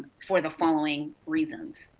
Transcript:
for the following reasons